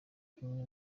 kumwe